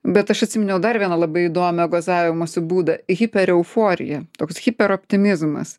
bet aš atsiminiau dar vieną labai įdomią gozavimosi būdą hipereuforija toks hiperoptimizmas